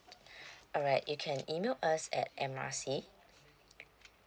alright you can email us at M R C